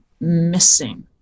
missing